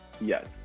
Yes